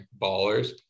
ballers